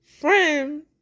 friend